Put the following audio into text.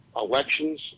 elections